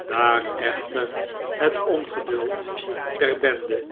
daar echter het ongeduld der bende